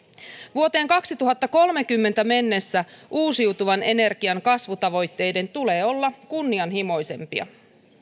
vuoteen kaksituhattakolmekymmentä mennessä uusiutuvan energian kasvutavoitteiden tulee olla kunnianhimoisempia